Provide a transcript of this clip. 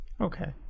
Okay